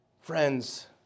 Friends